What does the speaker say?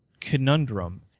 conundrum